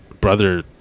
brother